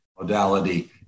modality